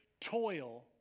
toil